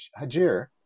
Hajir